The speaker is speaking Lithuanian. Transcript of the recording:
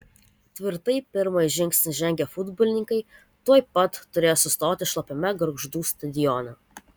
tvirtai pirmąjį žingsnį žengę futbolininkai tuoj pat turėjo sustoti šlapiame gargždų stadione